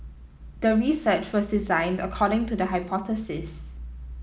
the research was designed according to the hypothesis